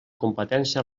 competència